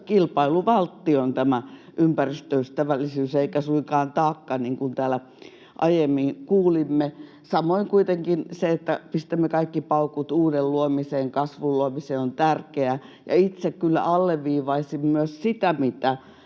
Kilpailuvaltti on tämä ympäristöystävällisyys eikä suinkaan taakka, niin kuin täällä aiemmin kuulimme. Samoin kuitenkin se, että pistämme kaikki paukut uuden luomiseen, kasvun luomiseen, on tärkeää. Ja itse kyllä alleviivaisin myös sitä, mitä